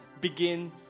begin